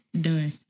Done